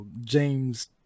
James